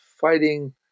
fighting